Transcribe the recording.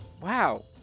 Wow